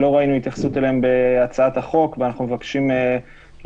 שלא ראינו התייחסות אליהם בהצעת החוק ואנחנו מבקשים לתקן,